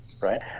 right